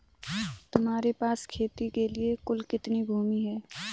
तुम्हारे पास खेती के लिए कुल कितनी भूमि है?